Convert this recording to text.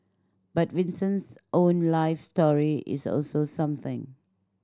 but Vincent's own life story is also something